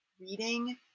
reading